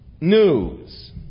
news